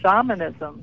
shamanism